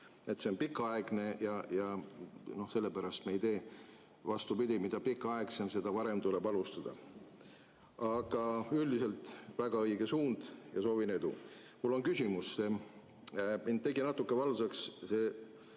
see on pikaaegne ja sellepärast me seda ei tee. Vastupidi, mida pikaaegsem, seda varem tuleb alustada. Aga üldiselt väga õige suund ja soovin edu. Mul on küsimus. Mind tegi natuke valvsaks see